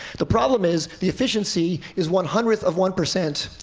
the problem is the efficiency is one hundredth of one percent,